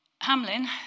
Hamlin